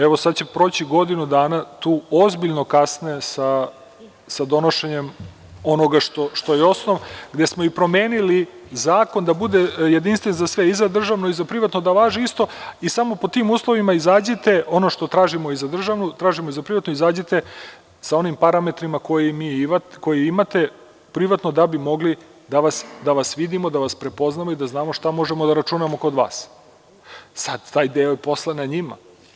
Evo, sada će proći godinu dana tu ozbiljno kasne sa donošenjem onoga što je osnov, gde smo i promenili zakon da bude jedinstven za sve i za državno i za privatno da važi isto i samo pod tim uslovima izađite, ono što tražimo za državno, tražimo i za privatno, izađite sa onim parametrima, koje imate privatno da bi mogli da vas vidimo, da vas prepoznamo i da znamo šta možemo da računamo kod vas, sada taj deo posla je na njima.